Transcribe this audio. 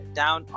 down